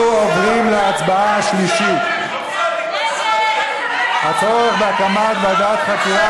אנחנו עוברים להצבעה השלישית: הצורך בהקמת ועדת חקירה